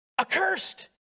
Accursed